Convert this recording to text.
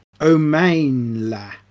O'Mainla